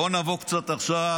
בוא נבוא עכשיו קצת לעובדות.